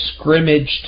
scrimmaged